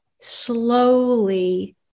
slowly